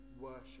worship